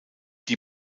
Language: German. die